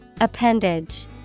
Appendage